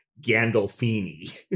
Gandolfini